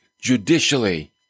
judicially